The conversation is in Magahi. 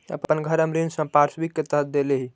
अपन घर हम ऋण संपार्श्विक के तरह देले ही